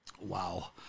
Wow